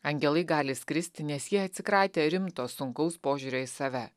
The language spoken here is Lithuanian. angelai gali skristi nes jie atsikratę rimto sunkaus požiūrio į save